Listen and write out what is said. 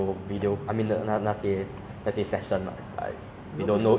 I thought all polys sh~ like I_T_E should be the same but they all use M_S